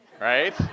right